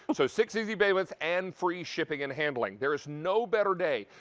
so six easy payments and free shipping and handling. there is no better day.